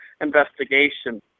investigation